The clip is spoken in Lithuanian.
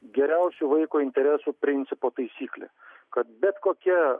geriausių vaiko interesų principo taisyklė kad bet kokia